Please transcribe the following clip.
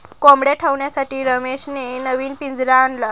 कोंबडया ठेवण्यासाठी रमेशने नवीन पिंजरा आणला